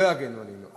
הן לא יגנו עלינו.